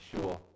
sure